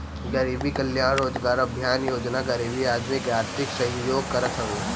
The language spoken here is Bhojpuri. गरीब कल्याण रोजगार अभियान योजना गरीब आदमी के आर्थिक सहयोग करत हवे